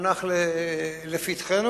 מונח לפתחנו.